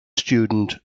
student